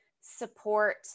support